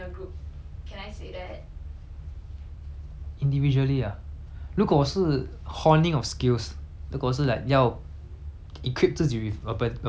individually ah 如果是 honing of skills 如果是 like 要 equip 自己 with a bet~ a better skill right yes I prefer to work alone